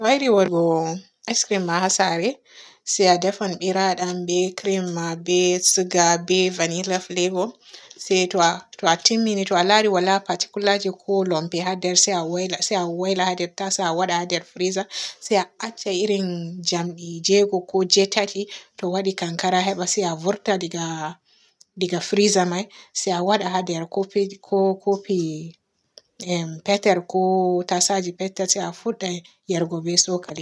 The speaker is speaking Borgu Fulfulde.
To a yiɗi waadugo ice crim ma jaa saare se a defan biradam ma be crem ma be suga be vanila flavo, se se to a timmini a laari waala paticulaji ko lompe haa nder se a wayla se a wayla haa nder taso a waada haa nder friza se a acca irin jamdi jego ko jetati to waaɗi kankara se a vurta diga diga friza me say a waada haa nder kofeji ko kofi em petel ko tasaje petel se a fudda yarugo be sokali.